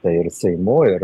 tai seimu ir